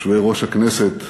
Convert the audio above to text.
יושבי-ראש הכנסת